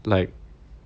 like